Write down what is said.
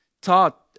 taught